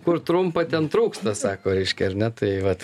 kur trumpa ten trūksta sako reiškia ar ne tai vat